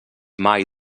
mai